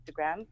Instagram